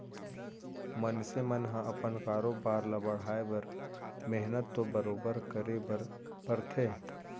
मनसे मन ह अपन कारोबार ल बढ़ाए बर मेहनत तो बरोबर करे बर परथे